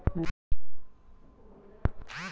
मुंगाचं उत्पादन कोनच्या जमीनीत चांगलं होईन?